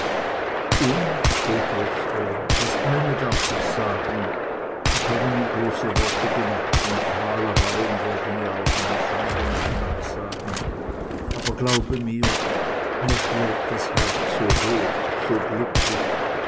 und so schloß er das eine darf ich sagen ich habe nie große worte gemacht und prahlereien werden mir auch meine feinde nicht nachsagen aber glaube mir mir schlägt das herz so hoch so glücklich